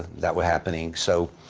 that were happening. so,